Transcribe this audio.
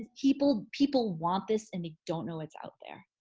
people people want this and they don't know it's out there.